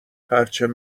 پرچم